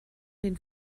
den